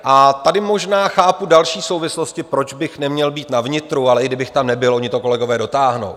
A tady možná chápu další souvislosti, proč bych neměl být na vnitru ale i kdybych tam nebyl, oni to kolegové dotáhnou.